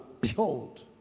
behold